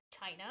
China